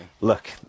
Look